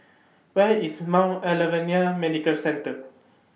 Where IS Mount Alvernia Medical Centre